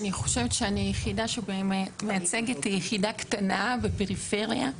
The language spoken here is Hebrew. אני חושבת שאני היחידה שמייצגת יחידה קטנה ופריפריה.